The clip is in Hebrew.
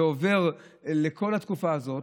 ועובר לכל התקופה הזאת.